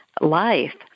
life